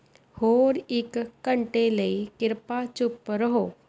ਹੋਰ ਇੱਕ ਘੰਟੇ ਲਈ ਕਿਰਪਾ ਚੁੱਪ ਰਹੋ